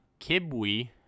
Kibwe